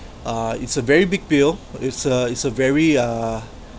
uh it's a very big pill it's a it's a very uh